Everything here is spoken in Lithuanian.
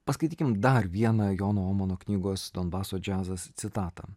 paskaitykim dar vieną jono omano knygos donbaso džiazas citatą